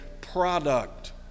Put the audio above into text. product